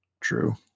True